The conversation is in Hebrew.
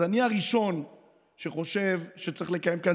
אז אני הראשון שחושב שצריך לקיים כאן